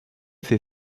fait